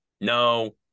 no